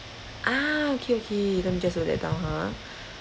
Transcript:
ah okay okay let me just note that down ha